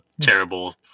terrible